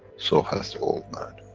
so has the old man.